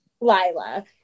Lila